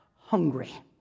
hungry